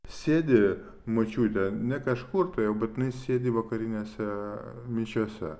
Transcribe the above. sėdi močiutė ne kažkur tai o bet jinai sėdi vakarinėse mišiose